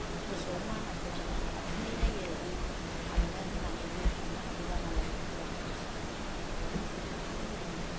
गोसोआव माना खालामनानै थाफिननाय जायो थांनो होननानैबो थांनो हाजोबा नालाय हिनजावफोरा इसे माना खालामनानैबो थाफिननांगौ जायो